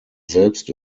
selbst